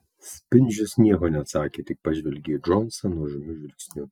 spindžius nieko neatsakė tik pažvelgė į džonsą nuožmiu žvilgsniu